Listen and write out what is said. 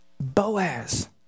Boaz